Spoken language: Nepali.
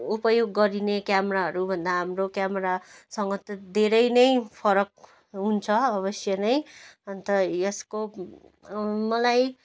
उपयोग गरिने क्यामराहरूभन्दा हाम्रो क्यामरा सँग त धेरै नै फरक हुन्छ अवश्य नै अन्त यसको मलाई